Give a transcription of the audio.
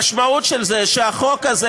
המשמעות של זה היא שהחוק הזה,